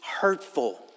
hurtful